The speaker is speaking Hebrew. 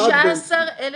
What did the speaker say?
16,000